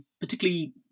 particularly